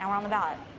on the ballot.